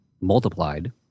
multiplied